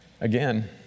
Again